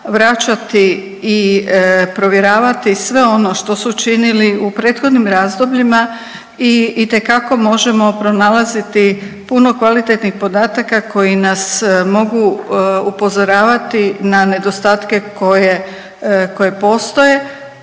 vraćati i provjeravati sve ono što su činili u prethodnim razdobljima i itekako možemo pronalaziti puno kvalitetnih podataka koji nas mogu upozoravati na nedostatke koje, koje